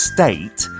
State